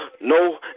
no